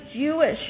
Jewish